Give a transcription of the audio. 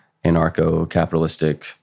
Anarcho-capitalistic